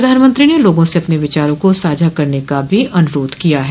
प्रधानमंत्री ने लोगों से अपने विचारों को साझा करने का भी अनुरोध किया है